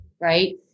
Right